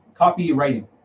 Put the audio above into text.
copywriting